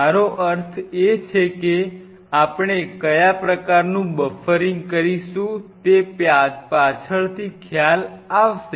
મારો અર્થ એ છે કે આપણે કયા પ્રકારનાં બફરિંગ કરીશું તે પાછળથી ખ્યાલમાં આવશે